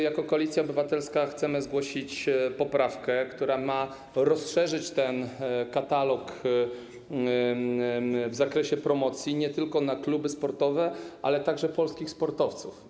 Jako Koalicja Obywatelska chcemy zgłosić poprawkę, która ma rozszerzyć ten katalog w zakresie promocji nie tylko na kluby sportowe, ale także na polskich sportowców.